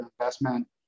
investment